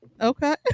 Okay